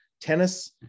Tennis